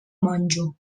monjo